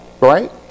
right